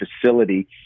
facility